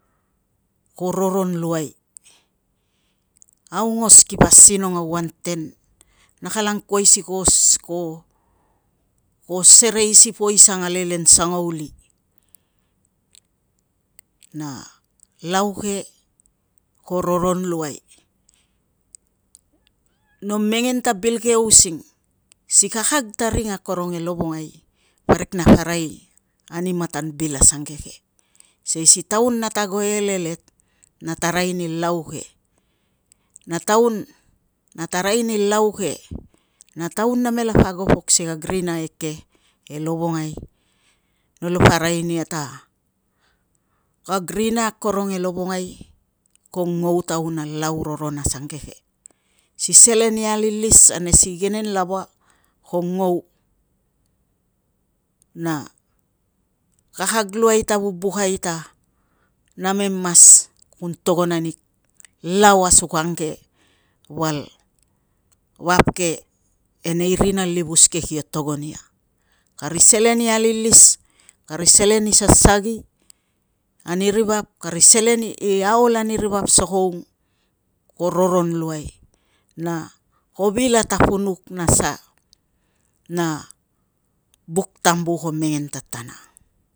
Ko roron luai. Aongos kipo asinong a uanten, na kala angkuai si ko serei a poisan a lelen sangauli, na lau ke ko roron luai. No mengen ta bil ke using si kakag ta ring akorong e lovongai parik napa arai ani matan bil asangke, sikei si taun nata ago e lelet na arai ni lau ke, na taun nata arai ani lau ke, na taun namela ago pok si kag rina eke e lovongai nalapo arai nia ta kag rina akorong e lovongai ko ngau taun a laulau roron asangeke. Si selen i alilis ane si igenen lava ko ngau, na kakag luai ta vubukai ta namem mas kun togon ani lau asangke val vap ke e nei rina livus ke kio togon ia. Kari selen i alilis, kari selen i sasagi ani ri vap, kari selen i aol ani ri vap sokoung ko roron luai na ko vil atapunuk na sa na buk tambu ko mengen tatana.